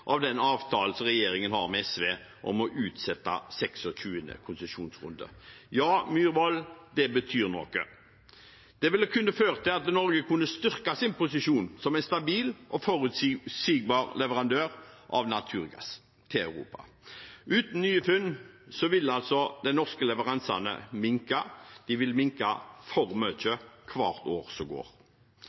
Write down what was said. av den avtalen som regjeringen har med SV om å utsette 26. konsesjonsrunde. Til Myhrvold – ja, det betyr noe. Det ville kunne ført til at Norge kunne styrke sin posisjon som en stabil og forutsigbar leverandør av naturgass til Europa. Uten nye funn vil de norske leveransene minke, de vil minke for mye hvert år som går.